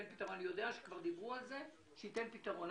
אני יודע שכבר דיברו על זה שהוא ייתן פתרון.